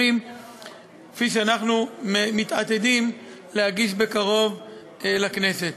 משוחררים כפי שאנחנו מתעתדים להגיש בקרוב לכנסת.